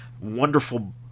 wonderful